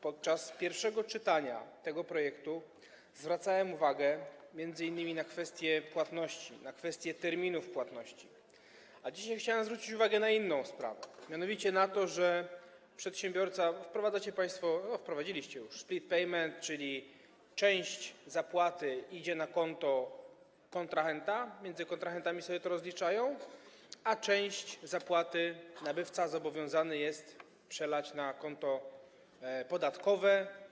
Podczas pierwszego czytania tego projektu zwracałem uwagę m.in. na kwestię płatności, na kwestię terminów płatności, a dzisiaj chciałem zwrócić uwagę na inną sprawę, mianowicie na to, że wprowadzacie państwo - a, wprowadziliście już - split payment, czyli część zapłaty ma iść na konto kontrahenta, między kontrahentami jest to rozliczane, a część zapłaty nabywca obowiązany jest przelać na konto podatkowe.